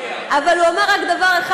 אבל הוא אמר רק דבר אחד,